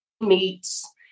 meats